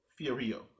Fiorio